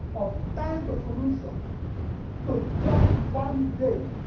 of time-to-solution to just one day